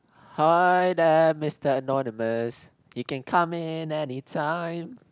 hi there Mister Anonymous you can come in any time